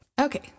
Okay